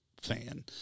fan